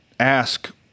Ask